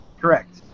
Correct